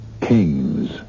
kings